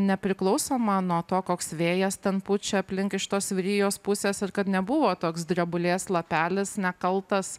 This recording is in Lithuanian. nepriklausomą nuo to koks vėjas ten pučia aplink iš tos vyrijos pusės ir kad nebuvo toks drebulės lapelis nekaltas